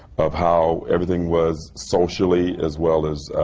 of how everything was, socially as well as